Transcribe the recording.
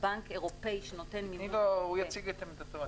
בנק אירופי -- הוא יציג את עמדתו.